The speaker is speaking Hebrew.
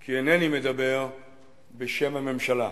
כי אינני מדבר בשם הממשלה.